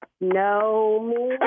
No